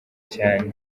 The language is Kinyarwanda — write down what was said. cyane